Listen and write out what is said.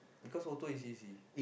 because auto is easy